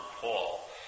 Paul